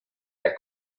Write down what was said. der